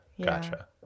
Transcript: gotcha